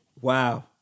Wow